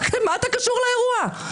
מה אתה קשור לאירוע?